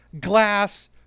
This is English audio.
glass